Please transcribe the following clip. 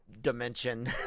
dimension